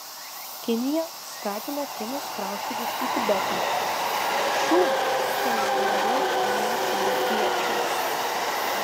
kinija skatina kinus kraustytis į tibetą šių čia jau daugiau nei tibetiečių